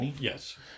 Yes